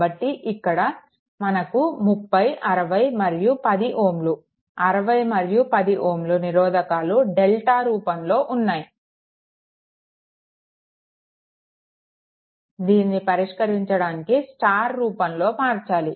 కాబట్టి ఇక్కడ మనకు 30 60 మరియు 10 Ω 60 and 10 Ω నిరోధకాలు డెల్టా రూపంలో ఉన్నాయి దీనిని పరిష్కరించడానికి స్టార్ రూపంలో మార్చాలి